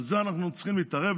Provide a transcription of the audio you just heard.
על זה אנחנו צריכים להתערב,